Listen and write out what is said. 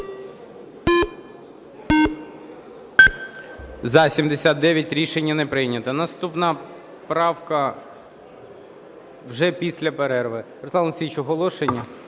За-79 Рішення не прийнято. Наступна правка вже після перерви. Руслан Олексійович, оголошення?